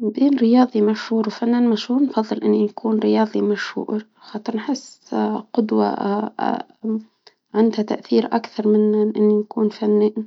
بين رياضي مشهور وفنان مشهور فاصل ان يكون رياضي مشهور حتى نحس انه قدوة عندها تأثير اكثر من ان يكون فنان